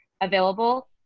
available